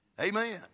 Amen